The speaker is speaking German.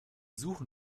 suchen